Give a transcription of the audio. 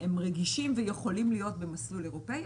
הם רגישים ויכולים להיות במסלול אירופי,